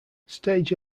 stage